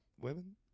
Women